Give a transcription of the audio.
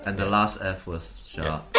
and the last f was sharp.